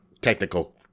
technical